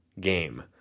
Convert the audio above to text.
game